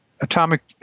atomic